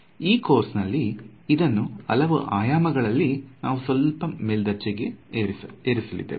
ಈ ಕೋರ್ಸ್ ನಲ್ಲಿ ಅದನ್ನು ಹಲವು ಆಯಾಮಗಳಲ್ಲಿ ಸ್ವಲ್ಪ ಮೇಲ್ದರ್ಜೆಗೆ ಏರಿಸಿಸಲಿದ್ದೇವೆ